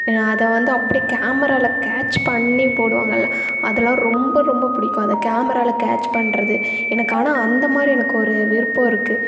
என்ன அதை வந்து அப்படே கேமராவில பண்ணி போடுவாங்கள்ல அதெலாம் ரொம்ப ரொம்ப பிடிக்கும் அந்த கேமராவில கேட்ச் பண்ணுறது எனக்கு ஆனால் அந்தமாதிரி எனக்கு ஒரு விருப்பம் இருக்குது